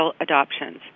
adoptions